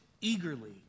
eagerly